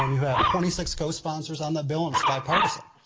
um you have twenty six co-sponsors on that bill and it's bipartisan.